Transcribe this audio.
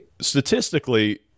Statistically